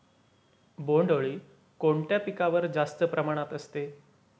बोंडअळी कोणत्या पिकावर जास्त प्रमाणात असते?